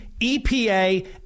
EPA